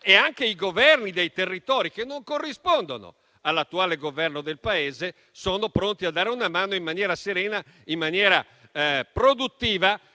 e anche i governi dei territori che non corrispondono all'attuale Governo del Paese sono pronti a dare una mano in maniera serena e produttiva,